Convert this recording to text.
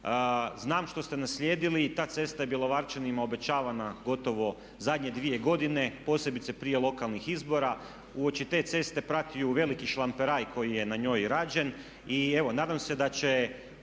Znam što ste naslijedili, ta cesta je Bjelovarčanima obećavana gotovo zadnje dvije godine, posebice prije lokalnih izbora. Uoči te ceste prati ju veliki šlamperaj koji je na njoj rađen. I evo nadam se da će